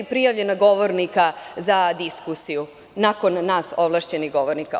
Prijavljeno je 44 govornika za diskusiju, nakon nas ovlašćenih govornika.